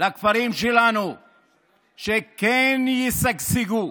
לכפרים שלנו שכן ישגשגו,